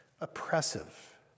oppressive